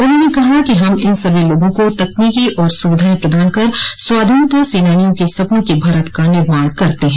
उन्होंने कहा कि हम इन सभी लोगों को तकनीकी और सुविधाएं प्रदान कर स्वाधीनता सेनानियों के सपनों के भारत का निर्माण करते है